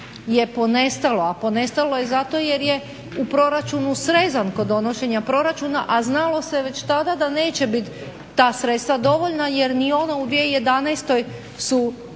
je ponestalo. A ponestalo je zato jer je u proračunu srezan, kod donošenja proračuna, a znalo se već tada da neće bit ta sredstva dovoljna, jer i ona u 2011. su